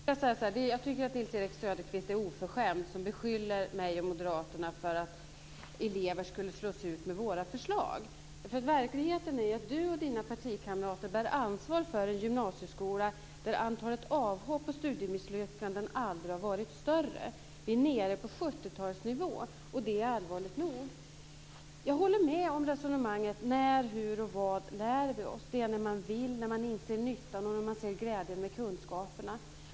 Fru talman! Jag tycker att Nils-Erik Söderqvist är oförskämd när han säger att elever skulle slås ut med våra förslag. Nils-Erik Söderqvist och hans partikamrater bär ansvaret för en gymnasieskola där antalet avhopp och studiemisslyckanden aldrig har varit större. Vi ligger på 70-talsnivå, och det är allvarligt nog. Jag instämmer i resonemanget om detta med när, hur och vad vi lär oss. Det är när man inser nyttan och glädjen med kunskaperna.